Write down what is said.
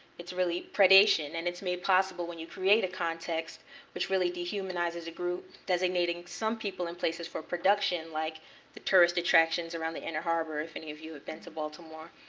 it's really predation, and it's made possible when you create a context which really dehumanizes a group. designating some people and places for production, like the tourist attractions around the inner harbor, if any of you had been to baltimore.